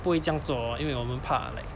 不会这样做哦因为我们怕 like